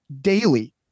daily